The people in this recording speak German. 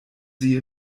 sie